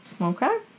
okay